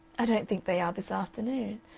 i don't think they are this afternoon,